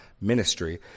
ministry